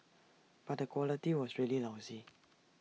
but the quality was really lousy